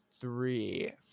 three